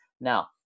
Now